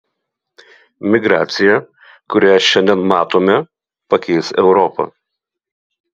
migracija kurią šiandien matome pakeis europą